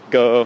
go